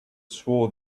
swore